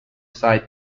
site